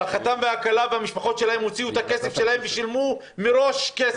והחתן והכלה והמשפחות שלהם הוציאו את הכסף שלהם ושילמו מראש כסף.